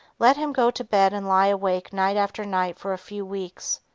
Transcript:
let him go to bed and lie awake night after night for a few weeks,